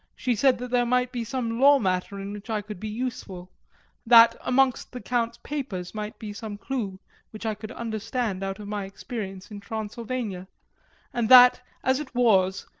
she said that there might be some law matter in which i could be useful that amongst the count's papers might be some clue which i could understand out of my experience in transylvania and that, as it was,